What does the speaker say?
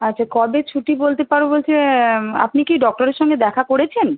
আচ্ছা কবে ছুটি বলতে পারব বলছে আপনি কি ডক্টরের সঙ্গে দেখা করেছেন